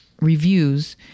reviews